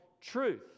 truth